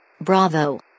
Bravo